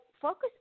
focus